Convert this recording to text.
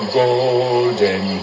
golden